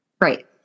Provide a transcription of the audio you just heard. Right